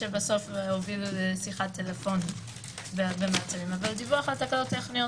שהובילו לשיחה טלפונית במעצרים אבל דיווח על תקלות טכניות